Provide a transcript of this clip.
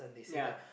ya